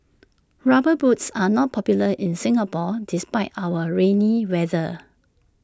rubber boots are not popular in Singapore despite our rainy weather